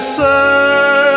say